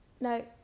No